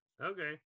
okay